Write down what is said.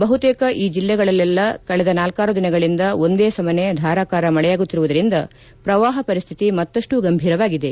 ಬಹುತೇಕ ಈ ಜಿಲ್ಲೆಗಳಲ್ಲೆಲ್ಲಾ ಕಳೆದ ನಾಲ್ಕಾರು ದಿನಗಳಿಂದ ಒಂದೇ ಸಮನೆ ಧಾರಾಕಾರ ಮಳೆಯಾಗುತ್ತಿರುವುದರಿಂದ ಪ್ರವಾಹ ಪರಿಸ್ಥಿತಿ ಮತ್ತಷ್ಟು ಗಂಭೀರವಾಗಿದೆ